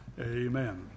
Amen